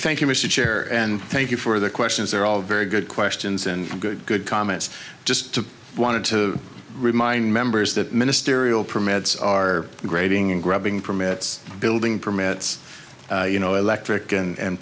thank you mr chair and thank you for the questions they're all very good questions and good good comments just wanted to remind members that ministerial permits are grading and grabbing permits building permits you know electric and